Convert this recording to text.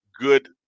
good